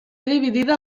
dividida